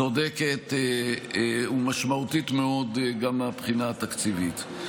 צודקת ומשמעותית מאוד, גם מהבחינה התקציבית.